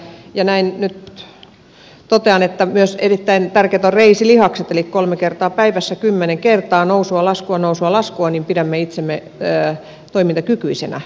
näin nyt totean että myös erittäin tärkeitä ovat reisilihakset eli kolme kertaa päivässä kymmenen kertaa nousua laskua nousua laskua niin pidämme itsemme toimintakykyisinä